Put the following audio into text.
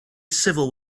civil